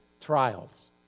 trials